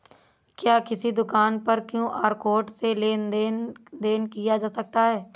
क्या किसी दुकान पर क्यू.आर कोड से लेन देन देन किया जा सकता है?